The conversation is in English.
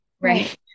Right